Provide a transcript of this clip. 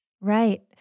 Right